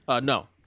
No